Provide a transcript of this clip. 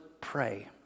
pray